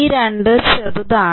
ഈ രണ്ട് ചെറുതാണ്